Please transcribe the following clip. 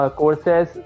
courses